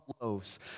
loaves